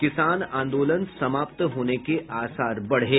किसान आंदोलन समाप्त होने के आसार बढ़े